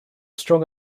strong